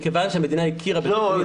מכיוון שהמדינה הכירה --- לא.